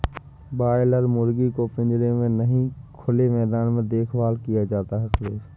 boiler मुर्गी को पिंजरे में नहीं खुले मैदान में देखभाल किया जाता है सुरेश